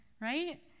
right